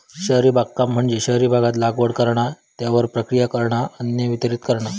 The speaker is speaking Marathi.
शहरी बागकाम म्हणजे शहरी भागात लागवड करणा, त्यावर प्रक्रिया करणा, अन्न वितरीत करणा